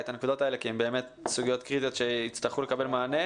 את הנקודות האלה כי הן באמת סוגיות קריטיות שיצטרכו לקבל מענה.